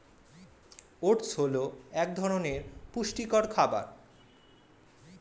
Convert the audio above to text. oats হল এক ধরনের পুষ্টিকর খাবার